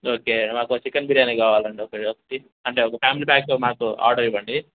okay మాకు ఒక chicken biryani కావాలండి ఒక ఒకటి అంటే ఒక ఫ్యామిలీ ప్యాకు మాకు ఆర్డర్ ఇవ్వండి